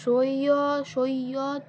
Syed Syed